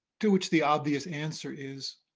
to which the obvious answer is,